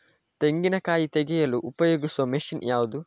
ತೆಂಗಿನಕಾಯಿ ತೆಗೆಯಲು ಉಪಯೋಗಿಸುವ ಮಷೀನ್ ಯಾವುದು?